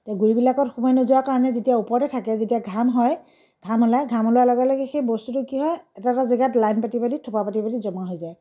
এতিয়া গুৰিবিলাকত সোমাই নোযোৱাৰ কাৰণে যেতিয়া ওপৰতে থাকে যেতিয়া ঘাম হয় ঘাম ওলাই ঘাম ওলোৱাৰ লগে লগে সেই বস্তুটো কি হয় এটা এটা জেগাত লাইন পাতি পাতি থোপা পাতি পাতি জমা হৈ যায়